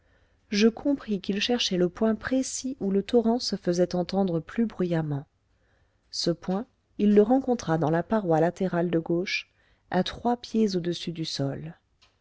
je compris qu'il cherchait le point précis où le torrent se faisait entendre plus bruyamment ce point il le rencontra dans la paroi latérale de gauche à trois pieds au-dessus du sol